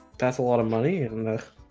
that's a lot of money and and